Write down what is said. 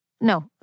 No